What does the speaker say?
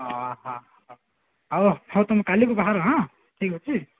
ଓହୋ ହୋ ଆଉ ହଉ ତୁମେ କାଲିକି ବାହାର ହାଁ ଠିକ୍ ଅଛି